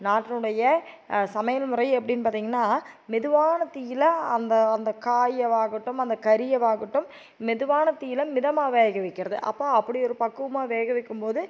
நாட்டினுடைய சமையல் முறை எப்படின்னு பார்த்திங்கன்னா மெதுவான தீயில் அந்த அந்த காயவாகட்டும் அந்த கறியவாகட்டும் மெதுவான தீயில் மிதமாக வேக வைக்கிறது அப்போ அப்படி ஒரு பக்குவமாக வேக வைக்கும் போது